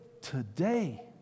today